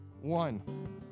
one